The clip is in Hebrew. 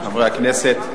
חברי הכנסת,